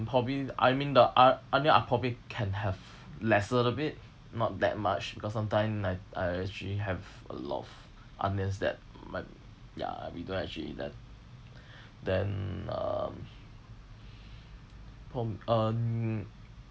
probably I mean the o~ onion I probably can have lesser a bit not that much because sometime I I actually have a lot of onions that my ya we don't actually eat that then um prob~ um